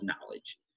knowledge